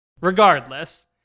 Regardless